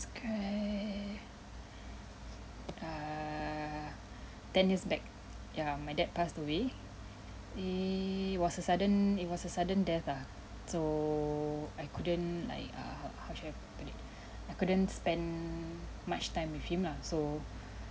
describe err ya ten years back ya my dad passed away it was a sudden it was a sudden death ah so I couldn't like err how how should I I I couldn't spend much time with him lah so